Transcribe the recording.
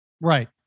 Right